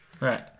Right